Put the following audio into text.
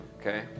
Okay